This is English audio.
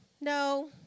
No